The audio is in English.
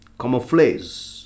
camouflage